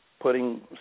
Putting